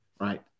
right